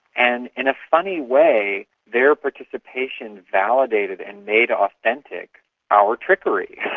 and in a funny way their participation validated and made authentic our trickery.